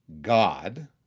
God